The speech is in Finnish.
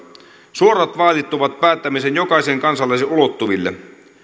suorat vaalit tuovat päättämisen jokaisen kansalaisen ulottuville